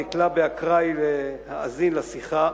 נקלע באקראי להאזין לשיחה,